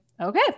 okay